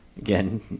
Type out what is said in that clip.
Again